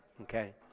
okay